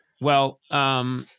well-